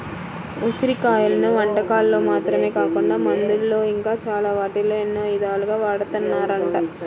ఉసిరి కాయలను వంటకాల్లో మాత్రమే కాకుండా మందుల్లో ఇంకా చాలా వాటిల్లో ఎన్నో ఇదాలుగా వాడతన్నారంట